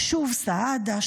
שוב סעדה,